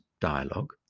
dialogue